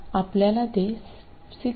आपल्याला ते 6